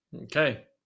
okay